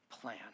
plan